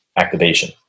activation